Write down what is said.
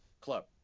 club